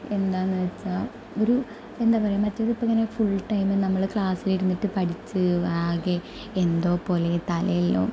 എന്താണെന്നു വെച്ചാൽ ഒരു എന്താ പറയുക മറ്റേത് ഇപ്പോൾ ഇങ്ങനെ ഫുൾ ടൈം നമ്മൾ ക്ലാസിലിരുന്നിട്ട് പഠിച്ച് ആകെ എന്തോപോലെയ്യ് തലയെല്ലാം